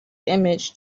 image